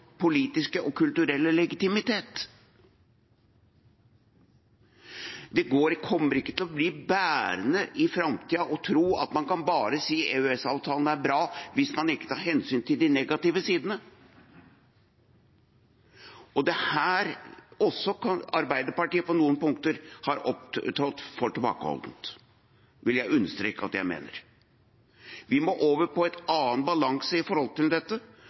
politiske og kulturelle legitimitet. Det kommer ikke til å bli bærende i framtiden å tro at man bare kan si at EØS-avtalen er bra, hvis man ikke tar hensyn til de negative sidene. Det er her også Arbeiderpartiet på noen punkter har opptrådt for tilbakeholdent – det vil jeg understreke at jeg mener. Vi må over på en annen balanse når det gjelder dette, og jeg slutter meg til